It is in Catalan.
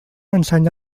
ensenya